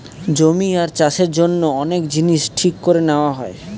জমি আর চাষের জন্য অনেক জিনিস ঠিক করে নেওয়া হয়